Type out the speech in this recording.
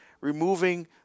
removing